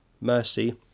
mercy